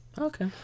Okay